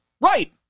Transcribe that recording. Right